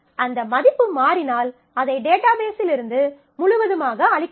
அந்த மதிப்பு மாறினால் அதை டேட்டாபேஸ்ஸில் இருந்து முழுவதுமாக அழிக்க வேண்டும்